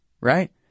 right